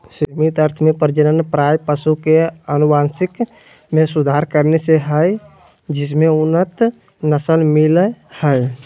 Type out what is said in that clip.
सीमित अर्थ में प्रजनन प्रायः पशु के अनुवांशिक मे सुधार करने से हई जिससे उन्नत नस्ल मिल हई